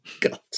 God